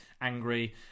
angry